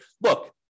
look